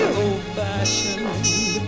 old-fashioned